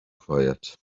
quiet